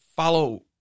follow